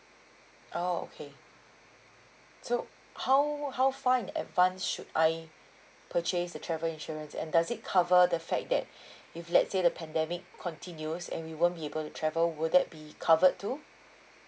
oh okay so how how far in advanced should I purchase the travel insurance and does it cover the fact that if let's say the pandemic continues and we won't be able to travel would that be covered too